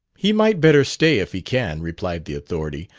he might better stay if he can, replied the authority,